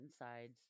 insides